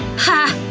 ha!